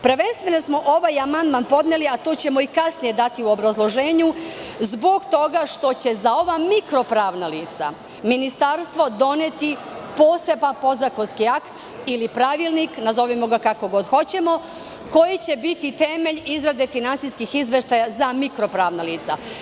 Prvenstveno smo ovaj amandman podneli, a to ćemo i kasnije dati u obrazloženju, zbog toga što će za ova mikro pravna lica Ministarstvo doneti poseban podzakonski akt ili pravilnik, nazovimo ga kako god hoćemo, koji će biti temelj izrade finansijskih izveštaja za mikro pravna lica.